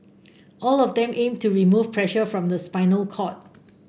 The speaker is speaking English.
all of them aim to remove pressure from the spinal cord